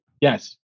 Yes